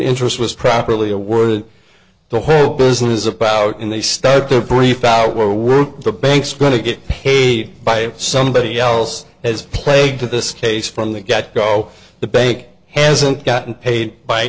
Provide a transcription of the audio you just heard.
interest was properly a word the whole business about and they start their brief our work the banks going to get paid by somebody else has played to this case from the get go the bank hasn't gotten paid by